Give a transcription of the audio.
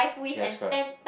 yes correct